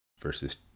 versus